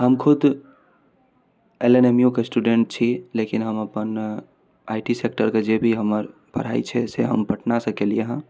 हम खुद L N M U के स्टूडेन्ट छी लेकिन हम अपन आइ टी सेक्टरके जेभी हमर पढ़ाइ छै से हम पटनासँ केलिए हँ